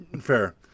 Fair